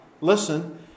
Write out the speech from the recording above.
listen